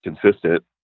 consistent